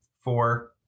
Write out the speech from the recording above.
Four